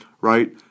right